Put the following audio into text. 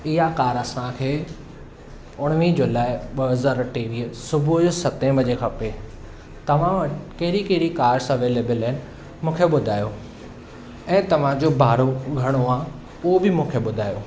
इहा कार असांखे उणिवीह जुलाई ॿ हज़ार टेवीह सुबुह जो सते वजे खपे तव्हां वटि कहिड़ी कहिड़ी कार्स अवेलेबल आहिनि मूंखे ॿुधायो ऐं तव्हांजो भाड़ो घणो आहे उहो बि मूंखे ॿुधायो